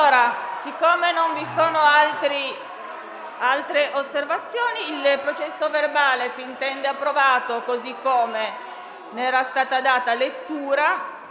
Siccome non vi sono altre osservazioni, il processo verbale si intende approvato così come ne è stata data lettura.